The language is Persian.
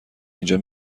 اینجا